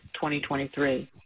2023